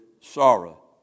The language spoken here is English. sorrow